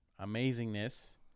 amazingness